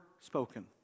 spoken